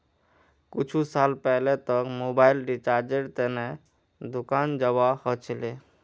कुछु साल पहले तक मोबाइल रिचार्जेर त न दुकान जाबा ह छिले